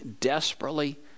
desperately